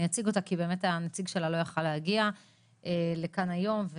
אציג אותה כי הנציג שלה לא יכול היה להגיע לכאן היום.